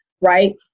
Right